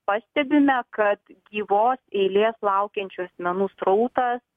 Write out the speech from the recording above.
pastebime kad gyvos eilės laukiančių asmenų srautas